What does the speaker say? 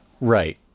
Right